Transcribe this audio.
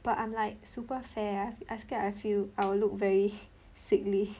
but I'm like super fair I scared I feel I will look very sickly